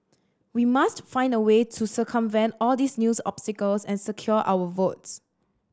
we must find a way to circumvent all these news obstacles and secure our votes